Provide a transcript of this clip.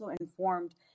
informed